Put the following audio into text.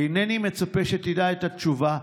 אינני מצפה שתדע את התשובה.